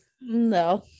No